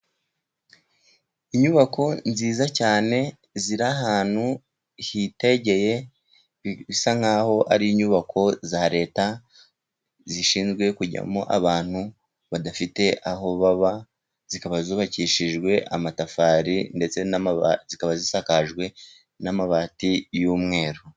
Inyubako nziza cyane ziri ahantu hitegeye, bisa nk'aho ari inyubako za leta zishinzwe kujyamo abantu badafite aho baba, zikaba zubakishijwe amatafari ndetse zikaba zisakajwe n'amabati y'umweru.